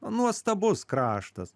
nuostabus kraštas